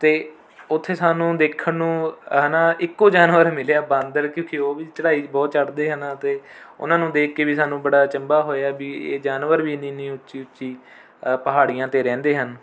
ਅਤੇ ਉੱਥੇ ਸਾਨੂੰ ਦੇਖਣ ਨੂੰ ਹੈ ਨਾ ਇੱਕੋ ਜਾਨਵਰ ਮਿਲਿਆ ਬਾਂਦਰ ਕਿਉਂਕਿ ਉਹ ਵੀ ਚੜ੍ਹਾਈ ਬਹੁਤ ਚੜ੍ਹਦੇ ਹੈ ਨਾ ਅਤੇ ਉਨ੍ਹਾਂ ਨੂੰ ਦੇਖ ਕੇ ਵੀ ਸਾਨੂੰ ਬੜਾ ਅਚੰਭਾ ਹੋਇਆ ਕਿ ਵੀ ਇਹ ਜਾਨਵਰ ਵੀ ਇੰਨੀ ਇੰਨੀ ਉੱਚੀ ਉੱਚੀ ਪਹਾੜੀਆਂ 'ਤੇ ਰਹਿੰਦੇ ਹਨ